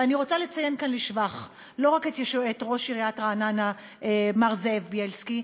אני רוצה לציין כאן לשבח לא רק את ראש עיריית רעננה מר זאב בילסקי,